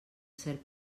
cert